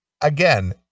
again